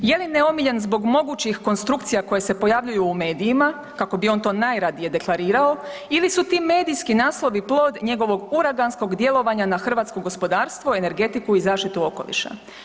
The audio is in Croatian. Je li neomiljen zbog mogućih konstrukcija koje se pojavljuju u medijima kako bi on to najradije deklarirao ili su ti medijski naslovi plod njegovog uraganskog djelovanja na hrvatskog gospodarstvo, energetiku i zaštitu okoliša.